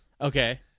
okay